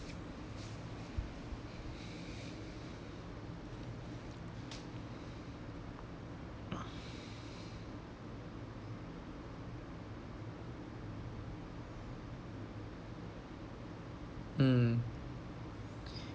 mm